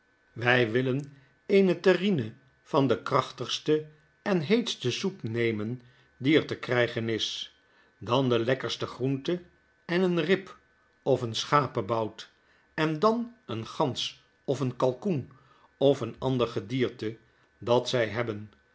wij willen eene terrine van de krachtigste en heetste soep nemen die er te krijgen is dan de lekkerste groente en een rib of een schapebout en dan eengansofeenkalkoenof een ander gedierte dat zij hebben